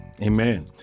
Amen